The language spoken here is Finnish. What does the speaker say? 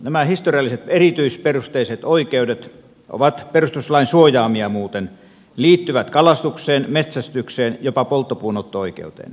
nämä historialliset erityisperusteiset oikeudet ovat perustuslain suojaamia muuten liittyvät kalastukseen metsästykseen jopa polttopuunotto oikeuteen